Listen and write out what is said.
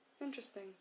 Interesting